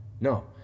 No